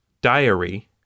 diary